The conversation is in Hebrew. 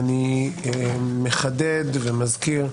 אני מחדד ומזכיר: